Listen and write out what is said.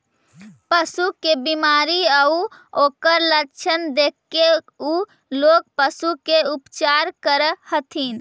पशु के बीमारी आउ ओकर लक्षण देखके उ लोग पशु के उपचार करऽ हथिन